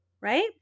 Right